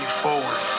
forward